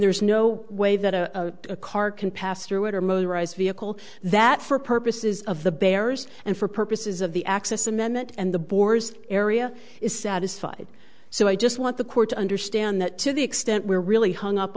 there's no way that a car can pass through it or motorized vehicle that for purposes of the bears and for purposes of the access amendment and the boers area is satisfied so i just want the court to understand that to the extent we're really hung up